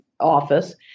office